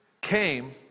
came